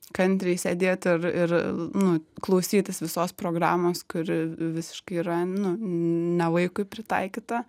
kantriai sėdėt ir ir nu klausytis visos programos kuri visiškai yra nu ne vaikui pritaikyta